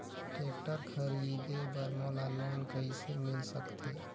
Tractor खरीदे बर मोला लोन कइसे मिल सकथे?